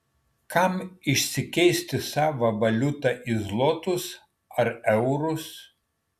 kam išsikeisti savą valiutą į zlotus ar eurus